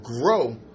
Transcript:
grow